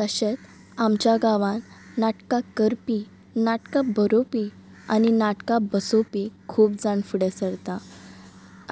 तशेंच आमच्या गांवान नाटकां करपी नाटकां बरोवपी आनी नाटकां बसोवपी खूब जाण फुडें सरता